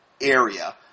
area